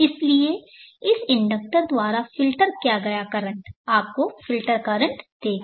इसलिए इस इंडक्टर द्वारा फ़िल्टर किया गया करंट आपको फ़िल्टर करंट देगा